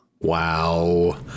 Wow